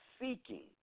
seeking